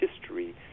history